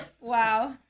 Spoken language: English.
Wow